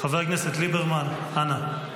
חבר הכנסת ליברמן, אנא.